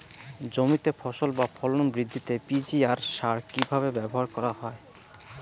জমিতে ফসল বা ফলন বৃদ্ধিতে পি.জি.আর সার কীভাবে ব্যবহার করা হয়?